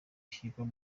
ishyigikira